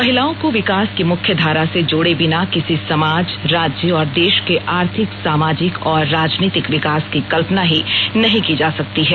महिलाओं को विकास की मुख्यधारा से जोड़े बिना किसी समाज राज्य और देश के आर्थिक सामाजिक और राजनीतिक विकास की कल्पना ही नहीं की जा सकती है